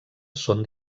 són